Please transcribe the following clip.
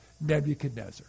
Nebuchadnezzar